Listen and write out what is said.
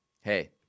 hey